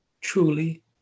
truly